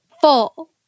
full